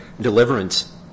deliverance